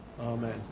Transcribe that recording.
Amen